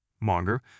Monger